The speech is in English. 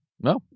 No